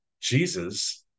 Jesus